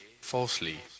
falsely